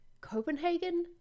Copenhagen